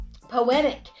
poetic